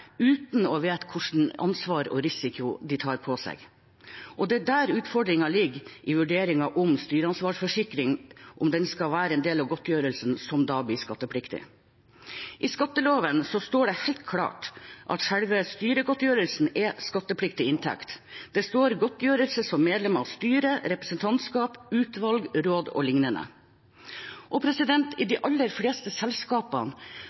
uten å vite hvilket ansvar og hvilken risiko de tar på seg. Det er der utfordringen ligger i vurderingen rundt styreansvarsforsikring – om den skal være en del av godtgjørelsen, som da blir skattepliktig. I skatteloven står det helt klart at selve styregodtgjørelsen er skattepliktig inntekt: Det står «godtgjørelse som medlem av styre, representantskap, utvalg, råd og lignende». I